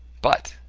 but,